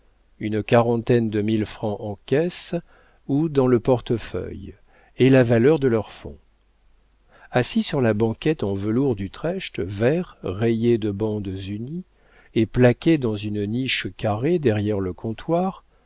une quarantaine de mille francs en caisse ou dans le portefeuille et la valeur de leur fonds assis sur la banquette en velours d'utrecht vert rayé de bandes unies et plaquée dans une niche carrée derrière le comptoir